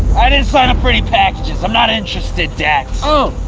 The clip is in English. i didn't sign up for any packages. i'm not interested, dax. oh,